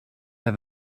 have